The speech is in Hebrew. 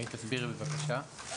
תסבירי בבקשה.